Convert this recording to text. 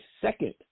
second